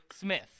Smith